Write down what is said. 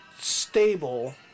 stable